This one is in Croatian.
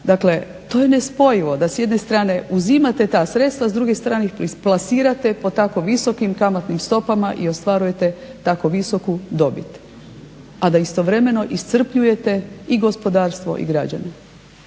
Dakle, to je nespojivo, da s jedne strane uzimate ta sredstva, s druge strane ih plasirate po tako visokim kamatnim stopama i ostvarujete tako visoku dobit. A da istovremeno iscrpljujete i gospodarstvo i građane.